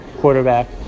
quarterback